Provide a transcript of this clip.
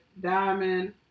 Diamond